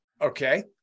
Okay